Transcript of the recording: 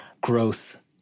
growth